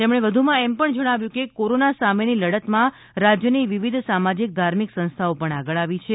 તેમણે વધુમાં કહ્યું કે કોરોના સામેની લડતમાં રાજ્યની વિવિધ સામાજિક ધાર્મિક સંસ્થાઓ પણ આગળ આવી છે